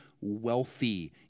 wealthy